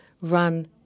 run